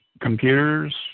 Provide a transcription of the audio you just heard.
computers